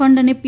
fund અને પી